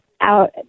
out